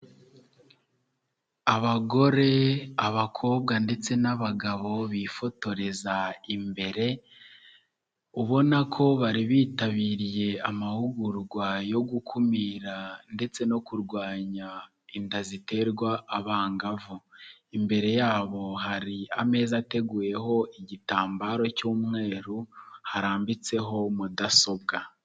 Abagore, abakobwa ndetse n'abagabo bifotoreza imbere, ubona ko bari bitabiriye amahugurwa yo gukumira ndetse no kurwanya inda ziterwa abangavu, imbere yabo hari ameza ateguyeho igitambaro cy'umweru harambitseho Mudasobwa.